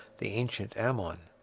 the ancient ammon.